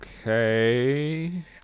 okay